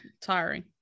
tiring